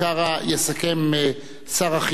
יסכם שר החינוך.